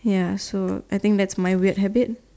ya so I think that's my weird habit